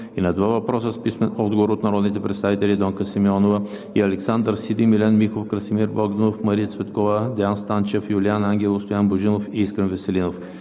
и на два въпроса с писмен отговор от народните представители Донка Симеонова; и Александър Сиди, Милен Михов, Красимир Богданов, Мария Цветкова, Деан Станчев, Юлиан Ангелов, Стоян Божинов и Искрен Веселинов;